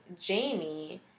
Jamie